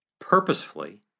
purposefully